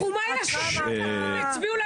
השתמש בעשר הדקות שהוא נכח בחדר בשביל